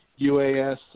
UAS